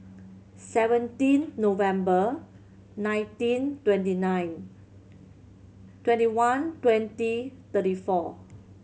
seventeen November nineteen twenty nine twenty one twenty thirty four